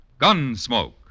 Gunsmoke